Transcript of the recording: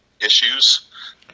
issues